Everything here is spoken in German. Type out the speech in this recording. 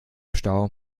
stau